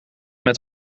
met